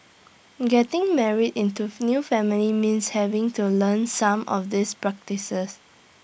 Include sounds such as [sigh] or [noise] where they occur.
getting married into [noise] new family means having to learn some of these practices